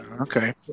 Okay